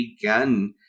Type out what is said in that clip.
begun